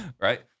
Right